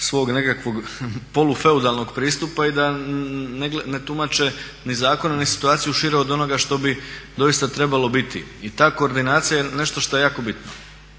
svog nekakvog polu feudalnog pristupa i da ne tumače ni zakone ni situaciju šire od onoga što bi doista trebalo biti jer ta koordinacija je nešto što je jako bitno.